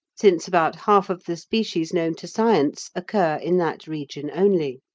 since about half of the species known to science occur in that region only.